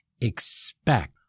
Expect